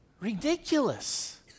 Ridiculous